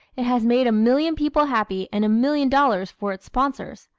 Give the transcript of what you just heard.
it has made a million people happy and a million dollars for its sponsors.